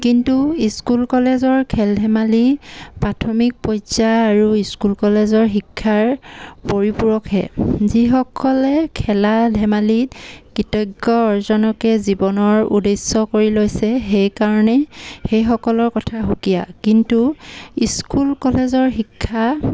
কিন্তু স্কুল কলেজৰ খেল ধেমালি প্ৰাথমিক পৰ্য্য়ায় আৰু স্কুল কলেজৰ শিক্ষাৰ পৰিপুৰকহে যিসকলে খেলা ধেমালিত কৃতজ্ঞ অৰ্জনকে জীৱনৰ উদ্দেশ্য কৰি লৈছে সেইকাৰণে সেইসকলৰ কথা সুকীয়া কিন্তু স্কুল কলেজৰ শিক্ষা